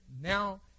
now